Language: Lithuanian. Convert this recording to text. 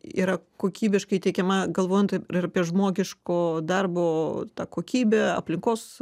yra kokybiškai teikiama galvojant ir apie žmogiško darbo tą kokybę aplinkos